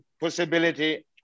possibility